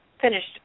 finished